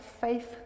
faith